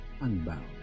unbound